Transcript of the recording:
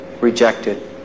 rejected